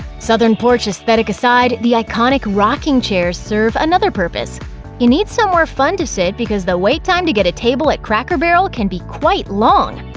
southern porch aesthetic aside, the iconic rocking chairs serve another purpose you need somewhere fun to sit because the wait time to get a table at cracker barrel can be quite long.